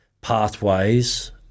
pathways